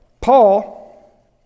Paul